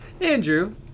Andrew